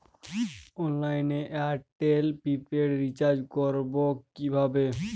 অনলাইনে এয়ারটেলে prepaid recharge করবো কিভাবে?